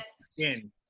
skin